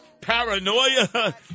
paranoia